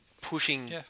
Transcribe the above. pushing